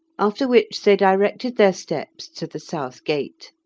after which they directed their steps to the south gate.